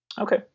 Okay